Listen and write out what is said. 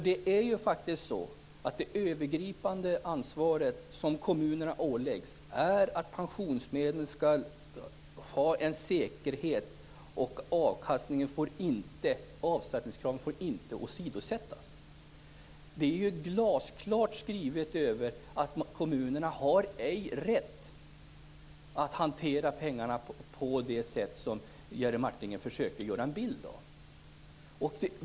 Det övergripande ansvar som kommunerna åläggs är att pensionsmedel skall vara säkra och att avkastningskravet inte får åsidosättas. Det är glasklart skrivet att kommunerna ej har rätt att hantera pengarna på det sätt som Jerry Martinger försöker måla upp.